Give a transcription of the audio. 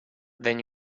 then